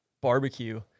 barbecue